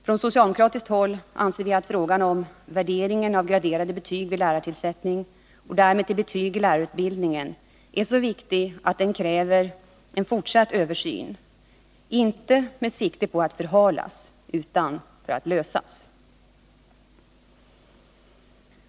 Från socialdemokratiskt håll anser vi att frågan om värderingen av graderade betyg vid lärartillsättning och därmed betyg i lärarutbildningen är så viktig att den kräver en fortsatt översyn — inte med sikte på att förhalas utan på att lösas.